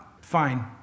Fine